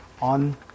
on